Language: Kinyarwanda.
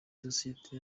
sosiyete